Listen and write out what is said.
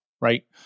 right